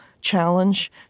challenge